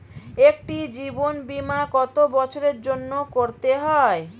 একটি জীবন বীমা কত বছরের জন্য করতে হয়?